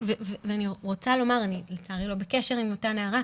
אני לצערי לא בקשר עם אותה נערה,